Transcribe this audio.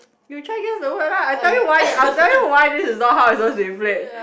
you try guess the word lah I'll tell you why I'll tell you why this is not how it's supposed to be played